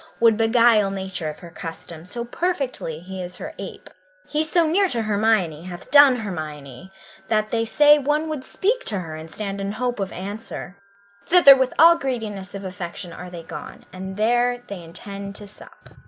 would beguile nature of her custom, so perfectly he is her ape he so near to hermione hath done hermione that they say one would speak to her and stand in hope of answer thither with all greediness of affection are they gone and there they intend to sup.